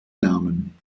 namen